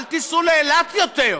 אל תיסעו לאילת יותר,